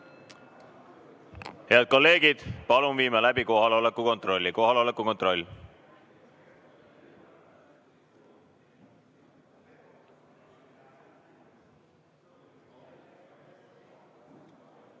Head kolleegid, palun viime läbi kohaloleku kontrolli! Kohaloleku kontroll.